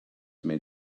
made